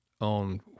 on